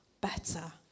better